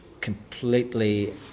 completely